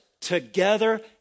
together